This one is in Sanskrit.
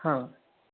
हा